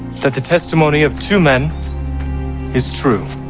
that the testimony of two men is true.